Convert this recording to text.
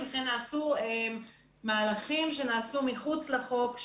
וכן נעשו מהלכים שנעשו מחוץ לחוק,